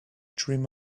dream